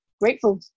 grateful